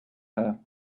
her